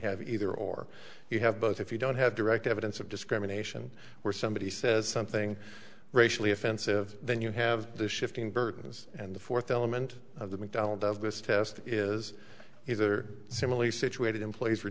have either or you have both if you don't have direct evidence of discrimination where somebody says something racially offensive then you have the shifting burdens and the fourth element of the mcdonald of this test is either similarly situated employees were